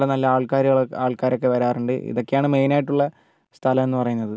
അവിടെ നല്ല ആൾക്കാരുകൾ ആൾക്കാരൊക്കെ വരാറുണ്ട് ഇതൊക്കെയാണ് മെയിനായിട്ടുള്ള സ്ഥലം എന്ന് പറയുന്നത്